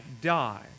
die